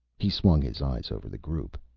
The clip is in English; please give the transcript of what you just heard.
he swung his eyes over the group.